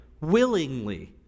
willingly